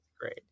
great